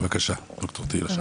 בבקשה, ד"ר תהילה שחר.